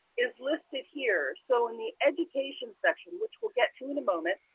is listed here. so in the education section, which we'll get to in a moment,